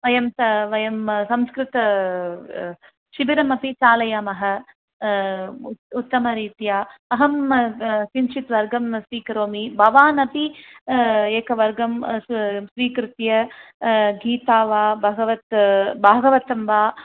वयं स वयं संस्कृतशिबिरमपि चालयामः उत्तमरीत्या अहं किञ्चित् वर्गं स्वीकरोमि भवानपि एकवर्गं स्वीकृत्य गीता वा भगवत् भागवतं वा